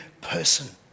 person